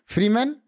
Freeman